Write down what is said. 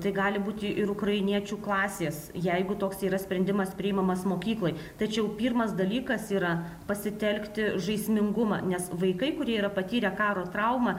tai gali būti ir ukrainiečių klasės jeigu toks yra sprendimas priimamas mokykloj tačiau pirmas dalykas yra pasitelkti žaismingumą nes vaikai kurie yra patyrę karo traumą